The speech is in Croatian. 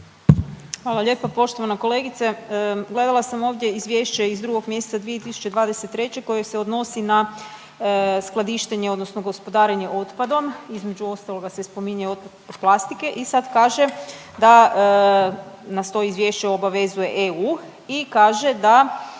Hvala lijepa. Poštovana kolegice gledala sam ovdje izvješće iz 2. mjeseca 2023. koje se odnosi na skladištenje odnosno gospodarenje otpadom, između ostaloga se spominje odvoz plastike i sad kaže da nas to izvješće obavezuje EU i kaže da